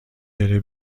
بره